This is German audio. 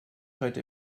heute